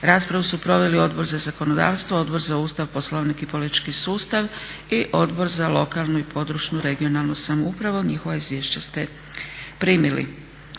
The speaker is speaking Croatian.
Raspravu su proveli Odbor za zakonodavstvo, Odbor za Ustav, Poslovnik i politički sustava i Odbor za lokalnu i područnu (regionalnu) samoupravu. Njihova izvješća ste primili.